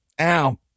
Ow